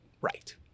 right